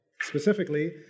specifically